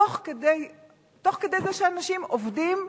תוך כדי זה שאנשים עובדים,